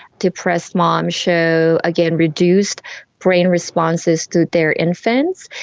depressed mums show, again, reduced brain responses to their infants.